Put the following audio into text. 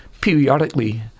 Periodically